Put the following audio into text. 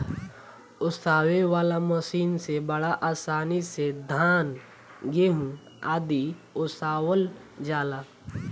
ओसावे वाला मशीन से बड़ा आसानी से धान, गेंहू आदि ओसावल जाला